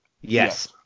Yes